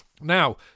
Now